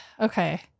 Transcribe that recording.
okay